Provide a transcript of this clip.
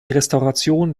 restauration